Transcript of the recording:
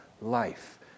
life